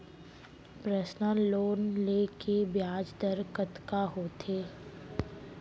Personal loan ले के ब्याज दर कतका होथे?